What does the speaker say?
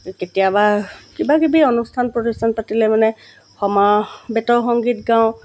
কেতিয়াবা কিবাকিবি অনুষ্ঠান প্ৰতিষ্ঠান পাতিলে মানে সমাবেত সংগীত গাওঁ